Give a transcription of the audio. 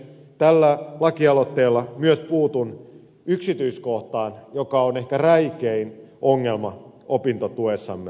tällä lakialoitteella puutun myös yksityiskohtaan joka on ehkä räikein ongelma opintotuessamme